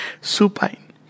Supine